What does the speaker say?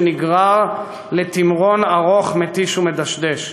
שנגרר לתמרון ארוך, מתיש ומדשדש.